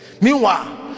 meanwhile